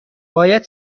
باید